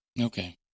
Okay